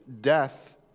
death